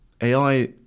ai